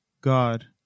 God